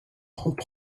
trente